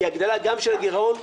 היא הגדלה גם של הגרעון,